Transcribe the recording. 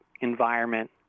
environment